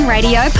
Radio